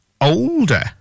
older